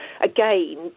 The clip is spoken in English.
again